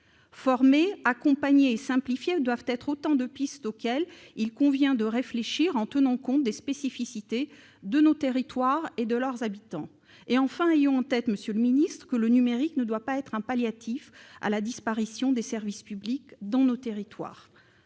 Former, accompagner et simplifier doivent être autant de pistes auxquelles il convient de réfléchir en tenant compte des spécificités de nos territoires et de leurs habitants. Enfin, ayons en tête, monsieur le secrétaire d'État, que le numérique ne doit pas être un palliatif à la disparition des services publics dans nos territoires.